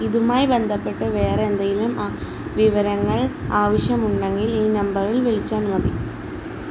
ഇതുമായി ബന്ധപ്പെട്ട് വേറെന്തെങ്കിലും വിവരങ്ങൾ ആവശ്യമുണ്ടെങ്കിൽ ഈ നമ്പറിൽ വിളിച്ചാൽ മതി